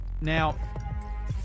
Now